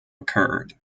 occurred